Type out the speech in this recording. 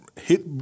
hit